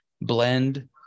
blend